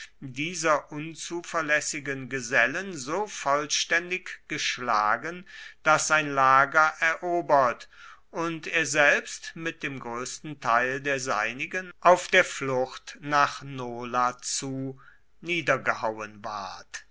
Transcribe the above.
dieser unzuverlässigen gesellen so vollständig geschlagen daß sein lager erobert und er selbst mit dem größten teil der seinigen auf der flucht nach nola zu niedergehauen ward